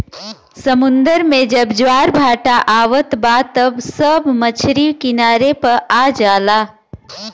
समुंदर में जब ज्वार भाटा आवत बा त सब मछरी किनारे पे आ जाला